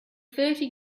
thirty